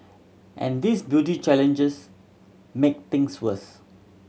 and these beauty challenges make things worse